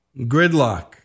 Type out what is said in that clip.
Gridlock